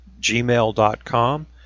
gmail.com